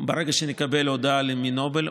ברגע שנקבל הודעה מנובל.